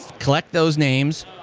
collect those names,